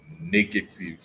negative